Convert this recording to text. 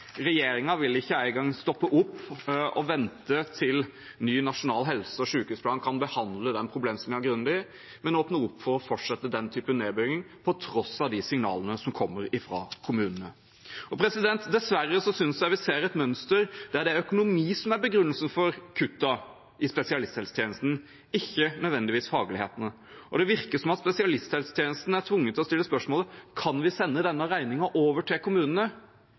vil ikke engang stoppe opp og vente til man i en ny nasjonal helse- og sykehusplan kan behandle den problemstillingen grundig, men åpner opp for å fortsette den typen nedbygging på tross av signalene som kommer fra kommunene. Dessverre synes jeg vi ser et mønster der det er økonomi som er begrunnelsen for kuttene i spesialisthelsetjenestene, ikke nødvendigvis faglighet. Det virker som om spesialisthelsetjenestene er tvunget til å stille spørsmålet: Kan vi sende denne regningen over til kommunene?